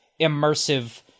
immersive